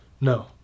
No